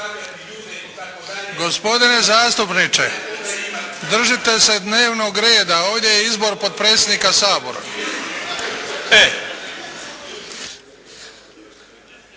Gospodine zastupniče! Držite se dnevnog reda. Ovdje je izbor potpredsjednika Sabora.